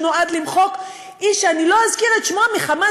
שנועד למחוק איש שאני לא אזכיר את שמו מחמת